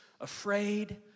afraid